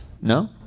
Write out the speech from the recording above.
No